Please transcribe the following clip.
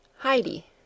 Heidi